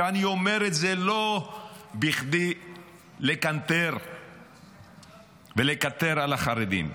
אני אומר את זה לא כדי לקנטר ולקטר על החרדים.